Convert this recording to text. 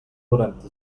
durante